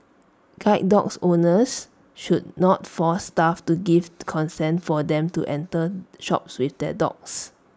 guide dogs owners should not force staff to give consent for them to enter shops with their dogs